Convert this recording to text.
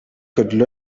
could